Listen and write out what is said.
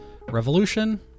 Revolution